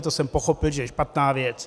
To jsem pochopil, že je špatná věc.